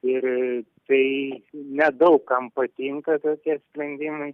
ir tai ne daug kam patinka tokie sprendimai